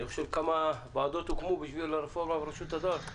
כמה ועדות הוקמו בשביל הרפורמה ברשות הדואר?